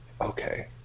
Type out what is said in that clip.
okay